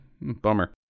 Bummer